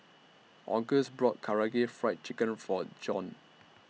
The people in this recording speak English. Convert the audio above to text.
Auguste brought Karaage Fried Chicken For Dijon